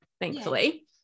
thankfully